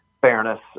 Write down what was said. fairness